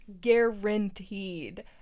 Guaranteed